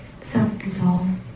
self-dissolve